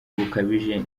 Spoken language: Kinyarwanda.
bukabije